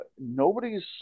Nobody's